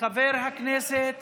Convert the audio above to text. חברת הכנסת